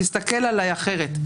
תסתכל עליי אחרת,